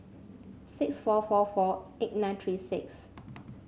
six four four four eight nine three six